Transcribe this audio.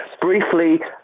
Briefly